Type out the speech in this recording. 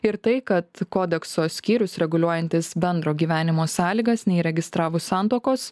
ir tai kad kodekso skyrius reguliuojantis bendro gyvenimo sąlygas neįregistravus santuokos